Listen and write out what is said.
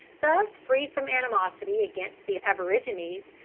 thus free from animosity against the aborigines,